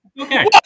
Okay